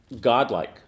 godlike